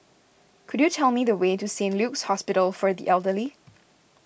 could you tell me the way to Saint Luke's Hospital for the Elderly